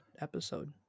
episode